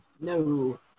no